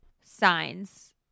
signs